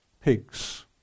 pigs